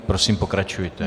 Prosím, pokračujte.